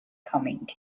coming